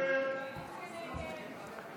ההסתייגות (5)